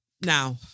Now